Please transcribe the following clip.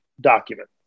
document